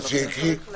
חבל שעובר כזה חוק פה